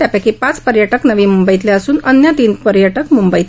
त्यापैकी पाच पर्यटक नवी मुंबईतले असून अन्य तीन पर्यटक मुंबईतले आहेत